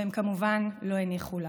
והם כמובן לא הניחו לה.